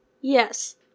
Yes